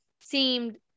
seemed